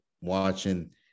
watching